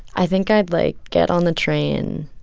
i think i'd, like, get on the train